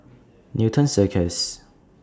Newton Circus